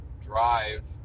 drive